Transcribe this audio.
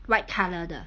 white colour 的